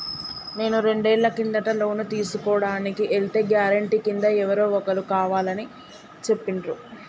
నేను రెండేళ్ల కిందట లోను తీసుకోడానికి ఎల్తే గారెంటీ కింద ఎవరో ఒకరు కావాలని చెప్పిండ్రు